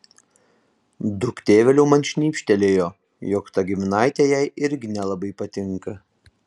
duktė vėliau man šnibžtelėjo jog ta giminaitė jai irgi nelabai patinka